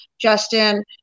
Justin